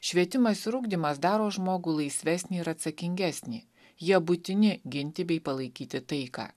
švietimas ir ugdymas daro žmogų laisvesnį ir atsakingesni jie būtini ginti bei palaikyti taiką